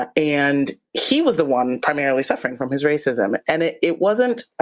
ah and he was the one primarily suffering from his racism and it it wasn't,